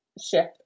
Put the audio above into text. shift